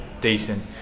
decent